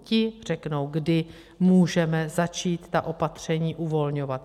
Ti řeknou, kdy můžeme začít ta opatření uvolňovat.